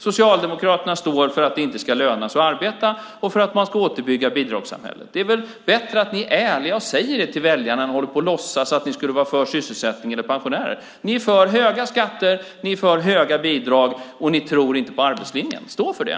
Socialdemokraterna står för att det inte ska löna sig att arbeta och för att man ska återbygga bidragssamhället. Det är väl bättre att ni är ärliga och säger det till väljarna än att ni håller på att låtsas att ni skulle vara för sysselsättning eller pensionärer. Ni är för höga skatter, ni är för höga bidrag och ni tror inte på arbetslinjen. Stå för det!